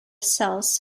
cells